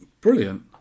brilliant